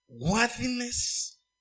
worthiness